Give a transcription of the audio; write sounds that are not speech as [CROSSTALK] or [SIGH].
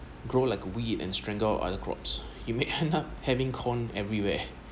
grow like a weed and strangled other crops you may end up [LAUGHS] having corn everywhere